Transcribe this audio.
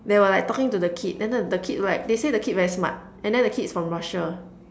they were like talking to the kid then the the kid look like they said the kid very smart and then the kid is from Russia